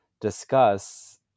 discuss